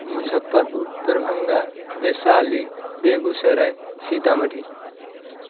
Muzaffarpur Darbhanga Vaishali Begusarai Sitamarhi